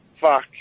Fuck